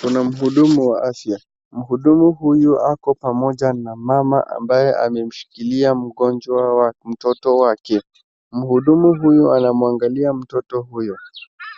Kuna mhudumu wa afya. Mhudumu huyu ako pamoja na mama ambaye amemshikilia mtoto wake. Mhudumu huyo anamuangalia mtoto huyo.